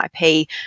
IP